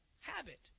habit